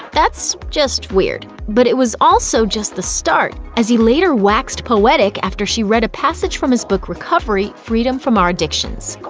that's, just weird. but it was also just the start, as he later waxed poetic after she read a passage from his book recovery freedom from our addictions.